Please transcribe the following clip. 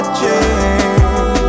change